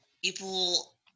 People